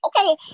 okay